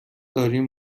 داریم